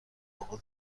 اغاز